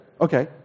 Okay